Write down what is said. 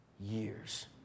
years